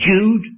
Jude